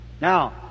Now